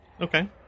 Okay